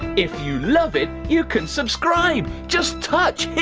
if you love it, you can subscribe. just touch here.